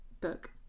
book